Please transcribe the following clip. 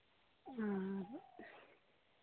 ᱚ